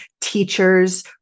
teachers